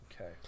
Okay